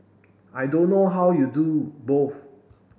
I don't know how you do both